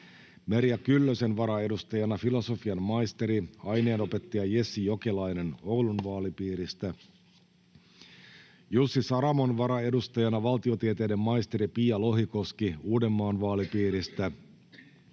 Merja Kyllösen varaedustajana filosofian maisteri, aineenopettaja Jessi Jokelainen Oulun vaalipiiristä, Jussi Saramon varaedustajana valtiotieteiden maisteri Pia Lohikoski Uudenmaan vaalipiiristä